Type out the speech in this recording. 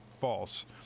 false